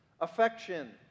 affection